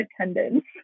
attendance